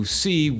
see